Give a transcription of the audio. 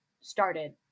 started